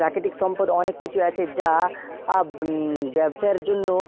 প্রাকিতিক সম্পদ অনেক কিছুই আছে যা ব্যবসার জন্য